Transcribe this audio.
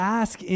ask